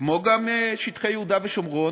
כמו גם שטחי יהודה ושומרון,